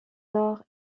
nord